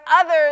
others